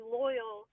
loyal